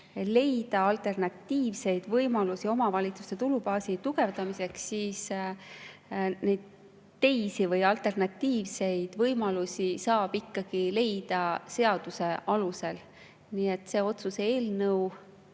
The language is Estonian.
leida alternatiivseid võimalusi omavalitsuste tulubaasi tugevdamiseks, siis neid teisi või alternatiivseid võimalusi saab ikkagi leida seaduse alusel. Nii et see otsuse-eelnõu